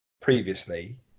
previously